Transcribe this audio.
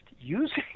using